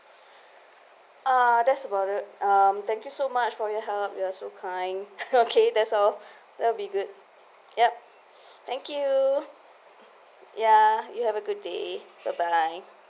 uh that's about it um thank you so much for your help you are so kind okay that's all there'll be good yup thank you ya you have a good day bye bye